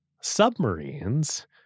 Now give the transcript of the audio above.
submarines